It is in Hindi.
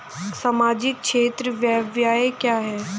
सामाजिक क्षेत्र व्यय क्या है?